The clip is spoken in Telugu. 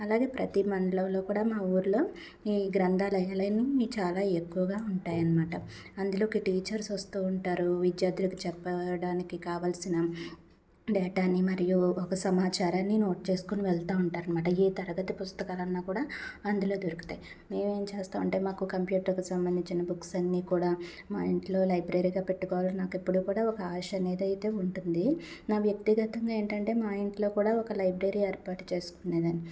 అలాగే ప్రతి మండలంలో కూడా మా ఊర్లో ఈ గ్రంథాలయాలు అన్ని చాలా ఎక్కువగా ఉంటాయన్నమాట అందులోకి టీచర్స్ వస్తూ ఉంటారు విద్యార్థులకి చెప్పడానికి కావాల్సిన డేటాని మరియు ఒక సమాచారాన్ని నోట్ చేసుకొని వెళ్తా ఉంటారు అనమాట ఏ తరగతి పుస్తకాలన్నా కూడా అందులో దొరుకుతాయి మేము ఏం చేస్తామంటే మాకు కంప్యూటర్కి సంబంధించిన బుక్స్ అన్ని కూడా మా ఇంట్లో లైబ్రరీగా పెట్టుకోవాలని నాకు ఎప్పుడూ కూడా ఒక ఆశ అనేది అయితే ఉంటుంది నా వ్యక్తిగతంగా ఏంటంటే మా ఇంట్లో కూడా ఒక లైబ్రరీ ఏర్పాటు చేసుకునేదని